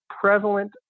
prevalent